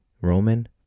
Roman